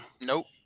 Nope